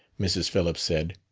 mrs. phillips said.